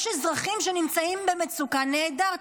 יש אזרחים שנמצאים במצוקה, נהדר.